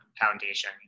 foundation